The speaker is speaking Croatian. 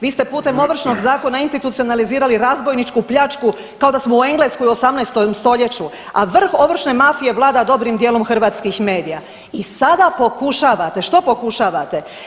Vi ste putem Ovršnog zakona institucionalizirali razbojničku pljačku kao da smo u Engleskoj u 18. st., a vrh ovršne mafije vlada dobrim djelom hrvatskih medija i sada pokušavate, što pokušavate?